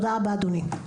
תודה רבה, אדוני.